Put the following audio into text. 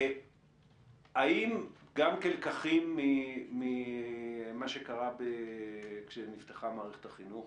האם גם כלקחים ממה שקרה כשנפתחה מערכת החינוך,